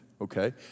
okay